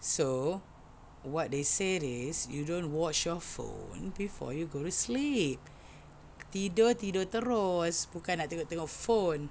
so what they say is you don't watch your phone before you go to sleep tidur tidur terus bukan nak tengok-tengok phone